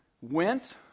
went